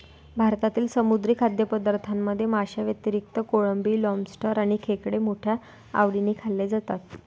भारतातील समुद्री खाद्यपदार्थांमध्ये माशांव्यतिरिक्त कोळंबी, लॉबस्टर आणि खेकडे मोठ्या आवडीने खाल्ले जातात